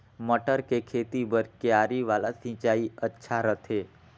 मटर के खेती बर क्यारी वाला सिंचाई अच्छा रथे?